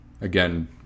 again